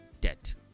debt